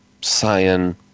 cyan